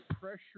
pressure